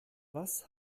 was